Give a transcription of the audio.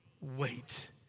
wait